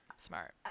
smart